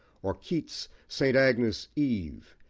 or keats's saint agnes' eve,